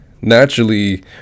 Naturally